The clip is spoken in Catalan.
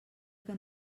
que